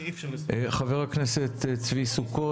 חבר הכנסת צבי סוכות,